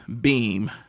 beam